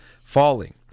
falling